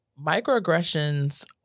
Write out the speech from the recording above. Microaggressions